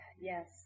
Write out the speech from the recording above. Yes